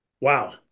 wow